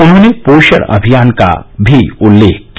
उन्होंने पोषण अभियान का भी उल्लेख किया